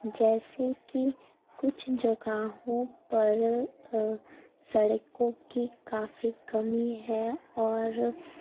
جیسے کہ کچھ جگاہوں پر سڑکوں کی کافی کمی ہے اور